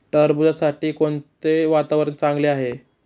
टरबूजासाठी कोणते वातावरण चांगले आहे?